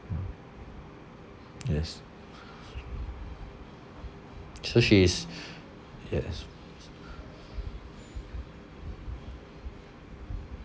yes so she's yes